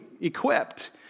equipped